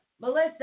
Melissa